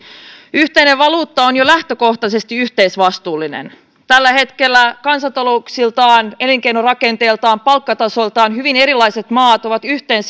yhteinen valuutta on jo lähtökohtaisesti yhteisvastuullinen tällä hetkellä kansantalouksiltaan elinkeinorakenteeltaan palkkatasoltaan hyvin erilaiset maat ovat yhteen